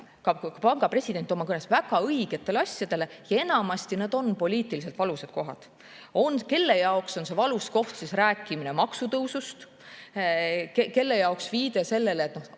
Panga president viitas oma kõnes väga õigetele asjadele ja enamasti on need poliitiliselt valusad kohad. Kelle jaoks on valus koht rääkida maksutõusust, kelle jaoks viide sellele, et